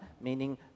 meaning